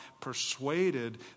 persuaded